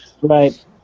Right